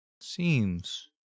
Seems